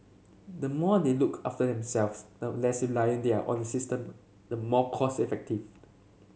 the more they look after themselves the less reliant they are on the system the more cost effective